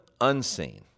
unseen